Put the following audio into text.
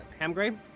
Hamgrave